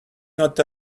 not